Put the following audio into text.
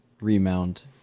remount